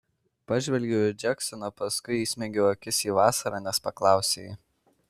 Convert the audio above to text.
pažvelgiau į džeksoną paskui įsmeigiau akis į vasarą nes paklausė ji